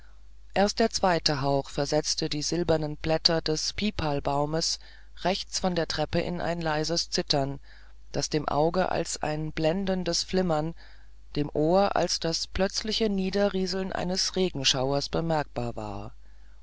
erst der zweite hauch versetzte die silbernen blätter des pipalbaumes links von der treppe in ein leises zittern das dem auge als ein blendendes flimmern dem ohr als das plötzliche niederrieseln eines regenschauers bemerkbar war